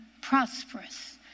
prosperous